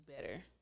better